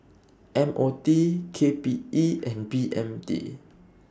M O T K P E and B M T